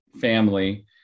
family